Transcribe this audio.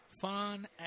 Fun